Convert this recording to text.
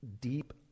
deep